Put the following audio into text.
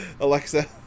Alexa